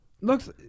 Looks